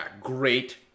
Great